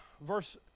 verse